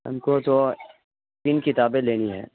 ہم کو تو تین کتابیں لینی ہے